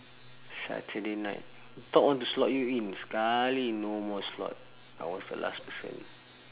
saturday night thought want to slot you in sekali no more slot I was the last person